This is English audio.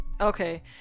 Okay